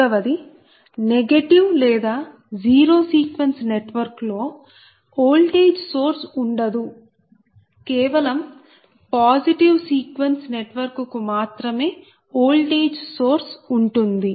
మూడవది నెగిటివ్ లేదా zero sequence network లో ఓల్టేజ్ సోర్స్ ఉండదు కేవలం పాజిటివ్ సీక్వెన్స్ నెట్వర్క్ కు మాత్రమే ఓల్టేజ్ సోర్స్ ఉంటుంది